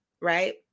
right